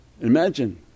Imagine